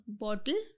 bottle